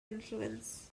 influence